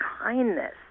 kindness